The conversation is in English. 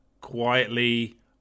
quietly